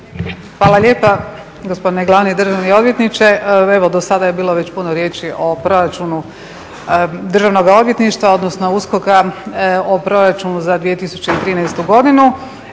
Hvala lijepa. Gospodine glavni državni odvjetniče, evo do sada je bilo već puno riječi o proračunu Državnoga odvjetništva, odnosno USKOK-a o proračunu za 2013. godinu.